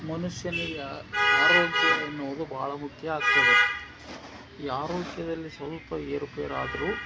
ಮನುಷ್ಯನಿಗೆ ಆರೋಗ್ಯ ಎನ್ನುವುದು ಭಾಳ ಮುಖ್ಯ ಆಗ್ತದೆ ಈ ಆರೋಗ್ಯದಲ್ಲಿ ಸ್ವಲ್ಪ ಏರುಪೇರಾದರೂ